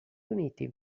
uniti